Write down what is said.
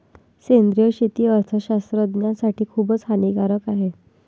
सेंद्रिय शेती अर्थशास्त्रज्ञासाठी खूप हानिकारक आहे